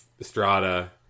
Estrada